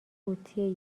قوطی